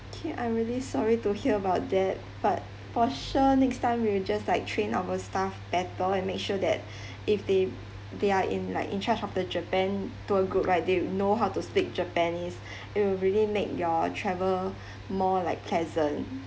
okay I'm really sorry to hear about that but for sure next time we will just like train our staff better and make sure that if they they are in like in charge of the japan tour group right they know how to speak japanese it will really make your travel more like pleasant